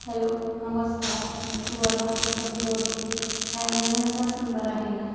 hello नमस्कार मी सुवर्ना कुलकर्नी बोलते हा ॲमेझॉनचाच नंबर आहे ना